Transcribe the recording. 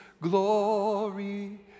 glory